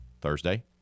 Thursday